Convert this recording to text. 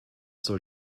soll